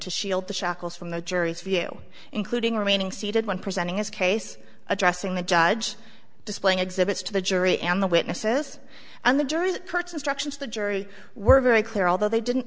to shield the shackles from the jury's view including remaining seated when presenting his case addressing the judge displaying exhibits to the jury and the witnesses and the jury purchased ructions the jury were very clear although they didn't